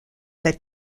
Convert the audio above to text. that